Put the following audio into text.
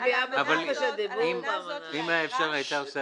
אם היה --- היא הייתה עושה את זה.